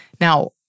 Now